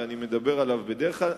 ואני מדבר עליו בדרך כלל.